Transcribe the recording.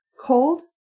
Cold